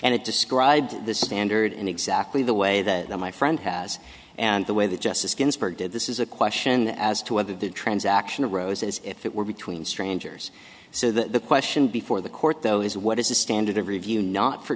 and it described the standard in exactly the way that my friend has and the way that justice ginsburg did this is a question as to whether the transaction arose as if it were between strangers so the question before the court though is what is the standard of review not for